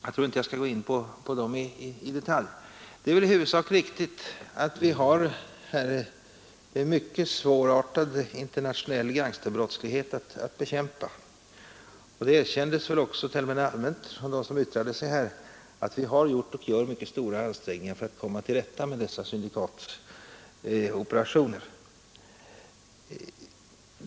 Jag skall inte gå in på dem i detalj. Det är väl i huvudsak riktigt att vi på detta område har en mycket svårartad internationell gangsterbrottslighet att bekämpa, och det erkändes väl också tämligen allmänt av dem som yttrat sig, att vi har gjort och gör mycket stora ansträngningar för att komma till rätta med syndikatens operationer.